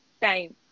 time